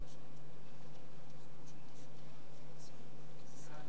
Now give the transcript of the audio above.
קולי הצרוד עקב שפעת